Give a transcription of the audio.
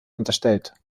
unterstellt